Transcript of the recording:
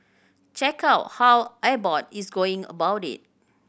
check out how Abbott is going about it